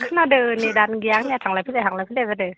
खोनादों नेटानो गैया आंनिया थांलाय फैलाय थांलाय फैलाय जादों